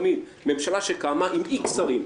אולי חוק נורווגי צריך תמיד בממשלה שקמה עם X שרים,